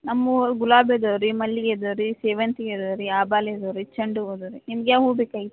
ನಮ್ಮ ಹೂವ್ ಗುಲಾಬಿ ಅದವೆ ರೀ ಮಲ್ಲಿಗೆ ಅದವೆ ರೀ ಸೇವಂತಿಗೆ ಅದವೆ ರೀ ಆಬಾಲೀ ಅದವೆ ರೀ ಚೆಂಡು ಹೂ ಅದವೆ ರೀ ನಿಮ್ಗೆ ಯಾವ ಹೂ ಬೇಕಾಗಿತ್ತು